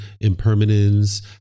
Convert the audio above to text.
impermanence